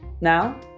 Now